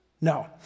No